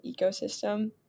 ecosystem